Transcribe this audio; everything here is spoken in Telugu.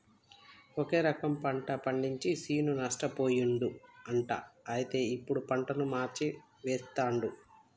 ఒకే రకం పంట పండించి శ్రీను నష్టపోయిండు అంట అయితే ఇప్పుడు పంటను మార్చి వేస్తండు